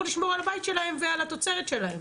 לשמור על הבית שלהם ועל התוצרת שלהם.